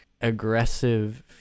aggressive